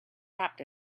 wrapped